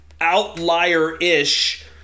outlier-ish